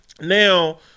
Now